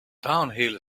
downhill